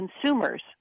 consumers